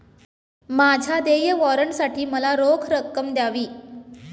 माझ्या देय वॉरंटसाठी मला रोख रक्कम द्यावी